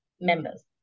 Members